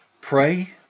pray